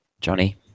Johnny